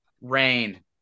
Rain